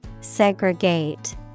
Segregate